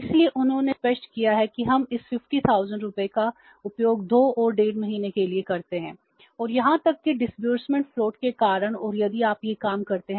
इसलिए उन्होंने स्पष्ट किया कि हम इस 50000 रुपये का उपयोग 2 और डेढ़ महीने के लिए करते हैं और यहां तक कि डिसबर्समेंट फ्लोट बन जाता है